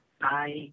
Bye